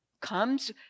comes